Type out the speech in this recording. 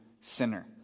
sinner